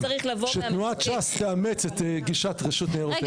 שתנועת ש"ס תאמץ את גישת רשות ניירות ערך.